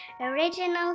original